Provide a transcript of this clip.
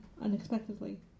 unexpectedly